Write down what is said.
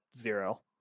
zero